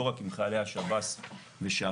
לא רק עם חיילי השב"ס ושח"מ.